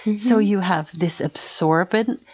so, you have this absorbent,